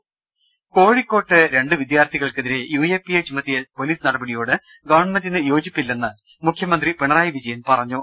്്്്്്് കോഴിക്കോട്ട് രണ്ടു വിദ്യാർത്ഥികൾക്കെതിരെ യു എ പി എ ചുമത്തിയ പൊലീസ് നടപടിയോട് ഗവൺമെന്റിന് യോജിപ്പില്ലെന്ന് മുഖ്യമന്ത്രി പിണറായി വിജയൻ പറഞ്ഞു